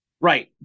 Right